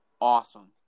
awesome